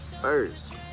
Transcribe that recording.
First